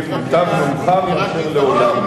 אני רק מתווכח עם הרעיון,